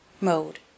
Mode